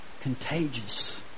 contagious